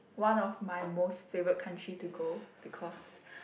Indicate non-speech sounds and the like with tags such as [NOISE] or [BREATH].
one of my most favorite country to go because [BREATH]